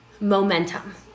momentum